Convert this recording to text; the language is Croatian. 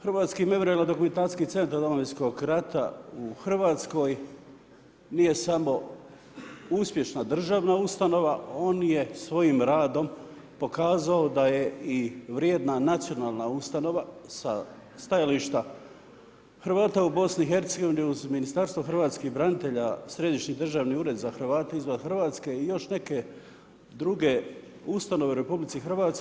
Hrvatski memorijalno-dokumentacijski centar Domovinskog rata u Hrvatskoj nije samo uspješna državna ustanova, on je svojim radom pokazao da je i vrijedna nacionalna ustanova sa stajališta Hrvata u BiH-u uz Ministarstvo hrvatskih branitelja, Središnji državni ured za Hrvate izvan Hrvatske i još neke druge ustanove u RH.